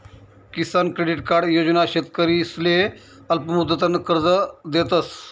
किसान credit card योजना शेतकरीसले अल्पमुदतनं कर्ज देतस